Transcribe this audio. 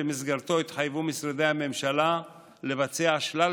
שבמסגרתו התחייבו משרדי הממשלה לביצוע שלל